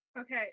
Okay